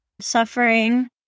suffering